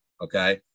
Okay